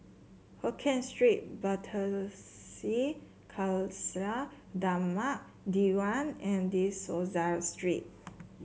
Hokien Street Pardesi Khalsa Dharmak Diwan and De Souza Street